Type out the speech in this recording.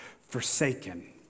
forsaken